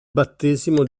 battesimo